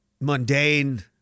mundane